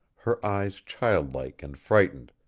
her eyes childlike and frightened,